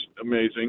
amazing